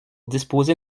disposer